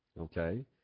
okay